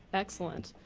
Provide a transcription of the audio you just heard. excellent.